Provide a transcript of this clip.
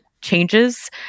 changes